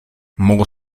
more